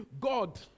God